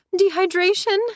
Dehydration